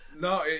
No